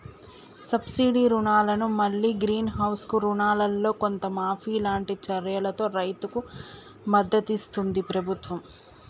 subsidy రుణాలను మల్లి greenhouse కు రుణాలల్లో కొంత మాఫీ లాంటి చర్యలతో రైతుకు మద్దతిస్తుంది ప్రభుత్వం